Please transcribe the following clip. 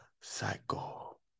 cycle